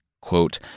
quote